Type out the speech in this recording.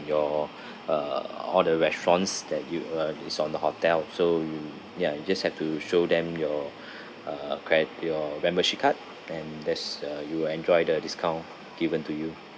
your uh all the restaurants that you uh is on the hotel so you ya you just have to show them your uh cred~ your membership card and there's uh you'll enjoy the discount given to you